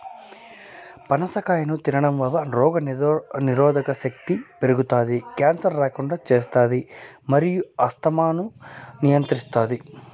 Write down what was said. పనస కాయను తినడంవల్ల రోగనిరోధక శక్తి పెరుగుతాది, క్యాన్సర్ రాకుండా చేస్తాది మరియు ఆస్తమాను నియంత్రిస్తాది